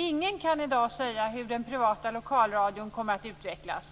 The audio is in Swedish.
Ingen kan i dag säga hur den privata lokalradion kommer att utvecklas,